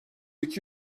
iki